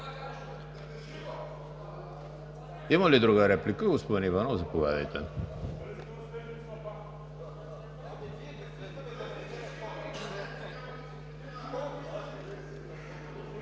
Има ли друга реплика? Господин Иванов, заповядайте.